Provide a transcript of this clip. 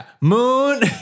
moon